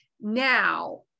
Now